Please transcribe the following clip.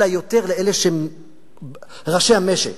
אלא יותר לראשי המשק,